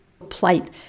plight